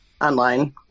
Online